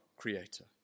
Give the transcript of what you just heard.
Creator